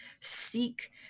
seek